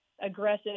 aggressive